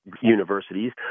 universities